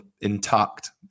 intact